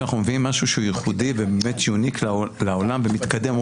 כשאנחנו מביאים משהו שהוא ייחודי לעולם ומתקדם,